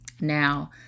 Now